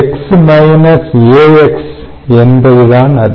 X AX என்பதுதான் அது